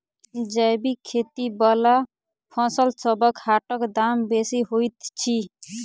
जैबिक खेती बला फसलसबक हाटक दाम बेसी होइत छी